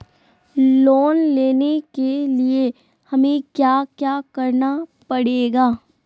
Loan लेने के लिए हमें क्या क्या करना पड़ेगा?